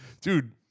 dude